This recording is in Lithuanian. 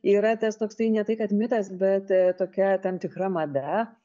yra tas toksai ne tai kad mitas bet tokia tam tikra mada